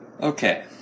Okay